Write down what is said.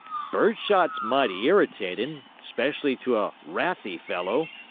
bird shot's mighty irritatin' specially to a wrathy fellow,